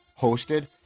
hosted